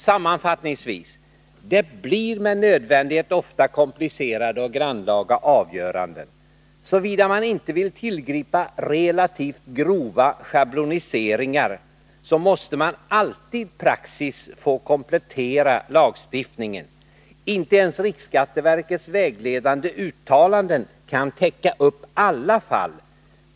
Sammanfattningsvis: Det blir med nödvändighet ofta komplicerade och grannlaga avgöranden. Såvida man inte vill tillgripa relativt grova schabloniseringar, måste alltid praxis få komplettera lagstiftningen. Inte ens riksskatteverkets vägledande uttalanden kan täcka upp alla fall.